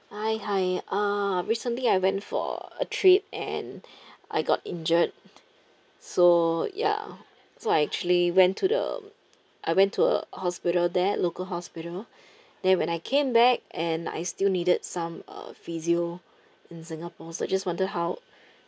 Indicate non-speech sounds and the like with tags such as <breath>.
hi hi uh recently I went for a trip and <breath> I got injured so ya so I actually went to the um I went to a hospital there local hospital then when I came back and I still needed some uh physio in singapore so I just wonder how